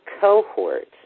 cohort